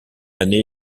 année